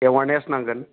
awareness नांगोन